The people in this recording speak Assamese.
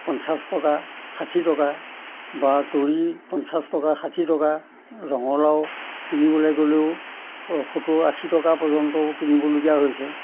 পঞ্চাছ টকা ষাঠি টকা বা তৰি পঞ্চাছ টকা ষাঠি টকা ৰঙালাও কিনিবলৈ গ'লেও স সত্তৰ আশী টকা পৰ্যন্ত কিনিবলগীয়া হৈছে